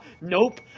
Nope